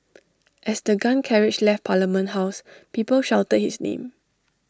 as the gun carriage left parliament house people shouted his name